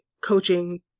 coaching